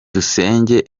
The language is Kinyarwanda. dusenge